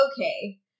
okay